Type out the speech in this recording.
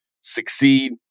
succeed